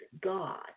God